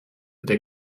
that